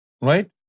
right